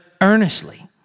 earnestly